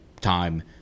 time